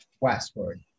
westward